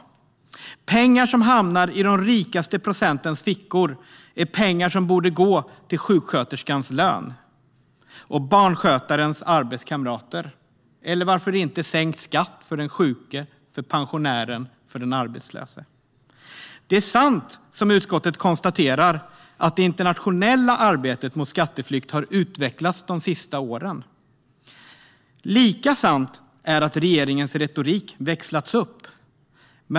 Pengar som hamnar i de rikaste procentens fickor är pengar som borde gå till sjuksköterskans lön och barnskötarens arbetskamrater, eller varför inte sänkt skatt för den sjuke, för pensionären eller för den arbetslöse. Det är sant som utskottet konstaterar att det internationella arbetet mot skatteflykt har utvecklats de senaste åren. Lika sant är att regeringens retorik växlat upp.